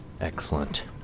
Excellent